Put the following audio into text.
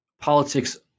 politics